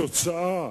התוצאה,